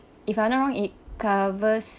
if I'm not wrong it covers